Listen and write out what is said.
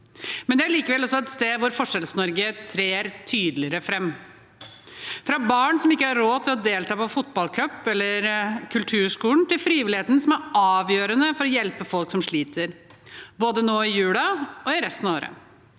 Det er likevel et sted hvor Forskjells-Norge trer tydeligere fram: fra barn som ikke har råd til å delta på fotballcup eller kulturskolen, til frivilligheten, som er avgjørende for å hjelpe folk som sliter, både nå i julen og resten av året.